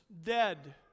dead